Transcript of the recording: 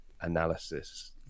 analysis